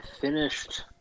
finished